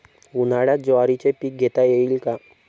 उन्हाळ्यात ज्वारीचे पीक घेता येईल का?